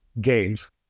games